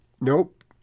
Nope